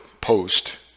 post